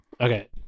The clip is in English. Okay